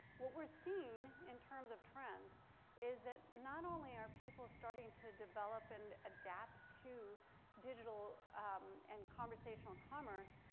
what we're seeing in terms of trends is that not only are people starting to develop and adapt to digital and conversational commerce,